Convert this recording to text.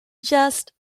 just